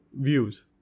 views